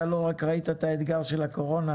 אתה לא רק ראית את האתגר של הקורונה,